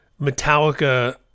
Metallica